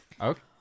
Okay